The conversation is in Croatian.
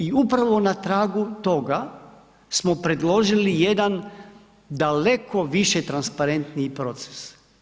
I upravo na tragu toga smo predložili jedan daleko više transparentniji proces.